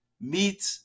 meat